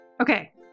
Okay